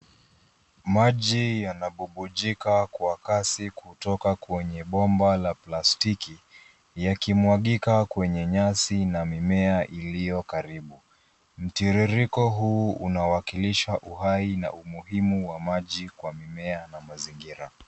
Maji yanabubujika kwa kasi kutoka kwenye bomba la plastiki yakimwagika kwenye nyasi na mimea iliyo karibu. Mtiririko huu unawakalisha uhai na umuhimu wa maji kwa mimea na mazingira.